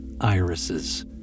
irises